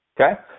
okay